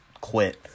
quit